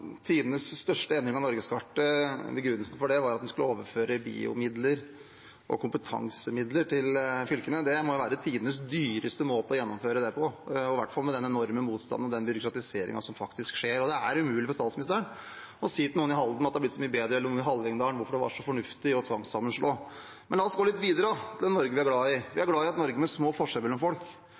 tidenes største endring av norgeskartet var at man skulle overføre BIO-midler og kompetansemidler til fylkene. Det må jo være tidenes dyreste måte å gjennomføre det på, i hvert fall med den enorme motstanden og den byråkratiseringen som faktisk skjer. Det er umulig for statsministeren å si til noen i Halden at det er blitt så mye bedre, eller fortelle noen i Hallingdal hvorfor det var så fornuftig å tvangssammenslå. Men la oss gå litt videre, til det Norge vi er glad i. Vi er glad i et Norge med små forskjeller mellom folk,